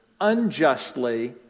unjustly